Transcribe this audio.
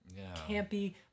campy